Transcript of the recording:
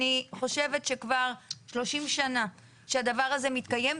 אני חושבת שכבר 30 שנה שהדבר הזה מתקיים,